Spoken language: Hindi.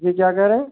जी क्या कह रहे हो